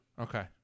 Okay